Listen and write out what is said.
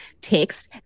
text